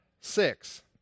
six